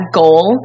goal